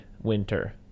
winter